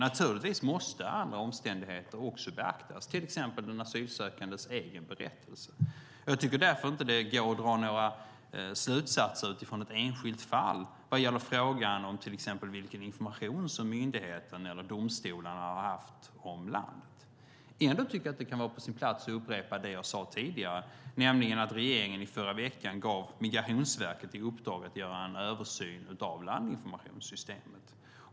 Naturligtvis måste andra omständigheter också beaktas, till exempel den asylsökandes egen berättelse. Jag tycker därför inte att det går att dra några slutsatser utifrån ett enskilt fall vad gäller frågan om till exempel vilken information myndigheten eller domstolarna har haft om landet. Ändå tycker jag att det kan vara på sin plats att upprepa det jag sade tidigare, nämligen att regeringen i förra veckan gav Migrationsverket i uppdrag att göra en översyn av landinformationssystemet.